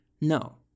No